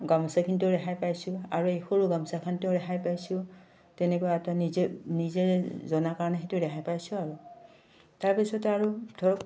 গামোচাখিনিটো ৰেহাই পাইছোঁ আৰু এই সৰু গামোচাখনটো ৰেহাই পাইছোঁ তেনেকুৱা এটা নিজে নিজে জনা কাৰণে সেইটো ৰেহাই পাইছোঁ আৰু তাৰপিছতে আৰু ধৰক